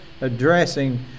addressing